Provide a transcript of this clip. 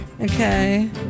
Okay